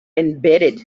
embedded